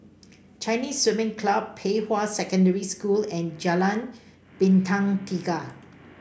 Chinese Swimming Club Pei Hwa Secondary School and Jalan Bintang Tiga